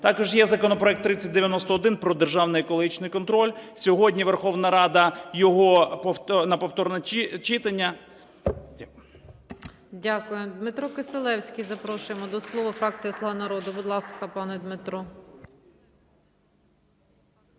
Також є законопроект 3091 про державний екологічний контроль. Сьогодні Верховна Рада його на повторне читання… ГОЛОВУЮЧА. Дякую. Дмитро Кисилевський, запрошуємо до слова, фракція "Слуга народу". Будь ласка, пане Дмитро.